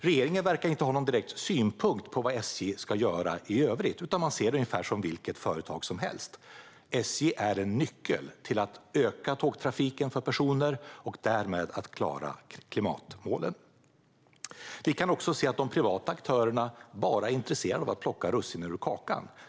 Regeringen verkar inte ha någon direkt synpunkt på vad SJ ska göra i övrigt, utan man ser det ungefär som vilket företag som helst. SJ är en nyckel till att öka tågtrafiken för personer och därmed klara klimatmålen. Vi kan också se att de privata aktörerna bara är intresserade av att plocka russinen ur kakan.